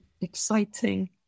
exciting